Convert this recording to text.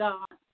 God